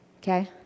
Okay